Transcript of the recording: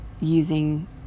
using